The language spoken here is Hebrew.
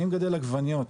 אני מגדל עגבניות,